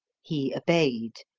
he obeyed.